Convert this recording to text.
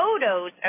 photos